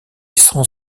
sans